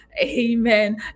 Amen